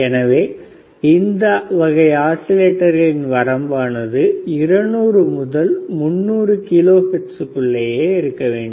எனவே இந்த ஆஸிலேட்டர்களின் வரம்பானது 200 முதல் 300 கிலோ ஹெர்ட்ஸ்க்குள்ளேயே இருக்கவேண்டும்